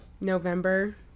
November